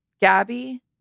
Gabby